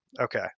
Okay